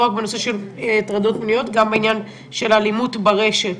לא רק בעניין הטרדות מיניות אלא גם בעניין אלימות ברשת.